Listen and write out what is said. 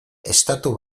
estatu